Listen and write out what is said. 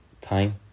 time